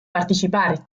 partecipare